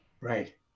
Right